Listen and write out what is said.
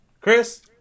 Chris